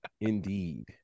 Indeed